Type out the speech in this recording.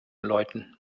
läuten